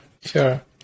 Sure